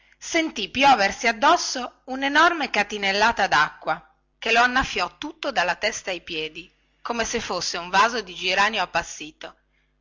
sentì pioversi addosso unenorme catinellata dacqua che lo annaffiò tutto dalla testa ai piedi come se fosse un vaso di giranio appassito